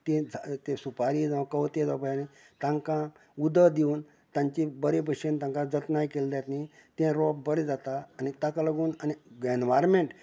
तें झा सुपारी जावं कवथें जावं तांकां उदक दिवन तांची बरें भशेन तांका जतनाय केल्ले जायत न्ही तें रोप बरें जाता आनी ताका लागून एनवायोन्मेंन्ट